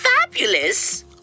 fabulous